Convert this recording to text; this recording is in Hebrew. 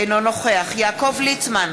אינו נוכח יעקב ליצמן,